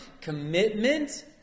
commitment